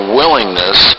willingness